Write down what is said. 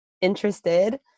interested